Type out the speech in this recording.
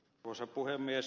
arvoisa puhemies